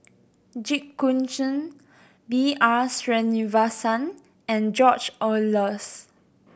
Jit Koon Ch'ng B R Sreenivasan and George Oehlers